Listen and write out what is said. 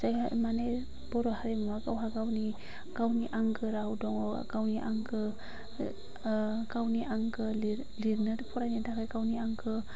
जायहा माने बर हारिमुवा गावहा गावनि गावनि आंगो राव दङ गावनि आंगो गावनि आंगो लि लिरनो फरायनो थाखाय